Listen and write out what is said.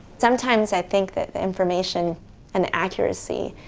sometimes i think that the information and the accuracy